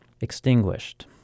extinguished